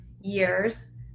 years